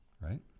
Right